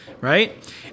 right